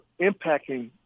impacting